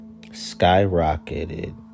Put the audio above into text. skyrocketed